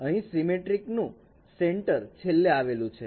અહીં સીમેટ્રિક નું સેન્ટર છેલ્લે આવેલું છે